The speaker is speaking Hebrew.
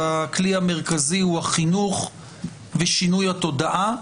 והכלי המרכזי הוא החינוך ושינוי התודעה,